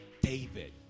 David